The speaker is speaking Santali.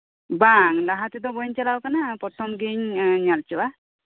ᱵᱟᱝ ᱞᱟᱦᱟ ᱛᱮᱫᱚ ᱵᱟᱹᱧ ᱪᱟᱞᱟᱣ ᱠᱟᱱᱟ ᱯᱨᱚᱛᱷᱚᱢ ᱜᱤᱧ ᱧᱮᱞ ᱦᱚᱪᱚᱜᱼᱟ